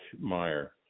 Meyer